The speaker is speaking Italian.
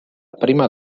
prima